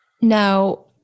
Now